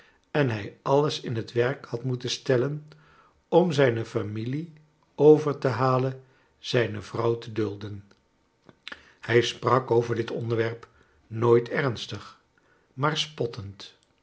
en hij alles in het werk had moeten stellen om zijne familie over te halen zijne vrouw te dulden hij sprak over dit onderwerp nooit ernstig maar spottend